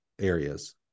areas